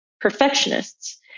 perfectionists